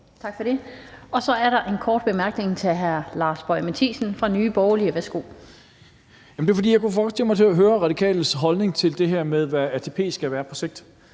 Tak for det. Så er der en kort bemærkning fra hr. Lars Boje Mathiesen fra Nye Borgerlige. Værsgo. Kl. 16:01 Lars Boje Mathiesen (NB): Jeg kunne godt tænke mig at høre Radikales holdning til det her med, hvad ATP skal være på sigt.